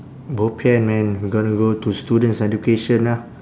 bo bian man we gonna go to students education ah